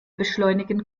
beschleunigen